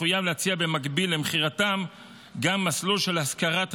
יחויב להציע במקביל למכירתם גם מסלול של השכרת המכשיר.